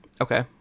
Okay